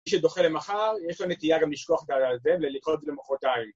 מי שדוחה למחר יש לו נטייה גם לשכוח קצת על זה ולדחות למחרתיים